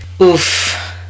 Oof